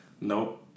nope